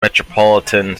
metropolitan